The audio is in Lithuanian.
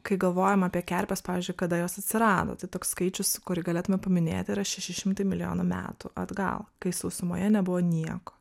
kai galvojam apie kerpes pavyzdžiui kada jos atsirado tai toks skaičius kurį galėtume paminėt yra šeši šimtai milijonų metų atgal kai sausumoje nebuvo nieko